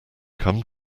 come